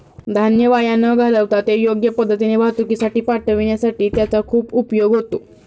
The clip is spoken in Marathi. धान्य वाया न घालवता ते योग्य पद्धतीने वाहतुकीसाठी पाठविण्यासाठी त्याचा खूप उपयोग होतो